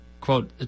quote